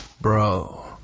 Bro